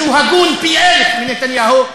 שהוא הגון פי-אלף מנתניהו,